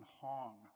Hong